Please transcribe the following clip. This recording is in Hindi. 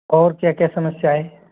और क्या क्या समस्या है